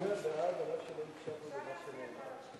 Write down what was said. שלא הקשבנו זה לא אומר,